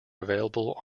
available